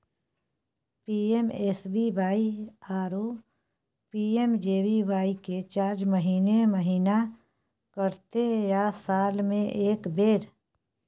PMSBY आरो PMJBY के charge महीने महीना कटते या साल म एक बेर?